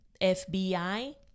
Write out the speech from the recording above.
FBI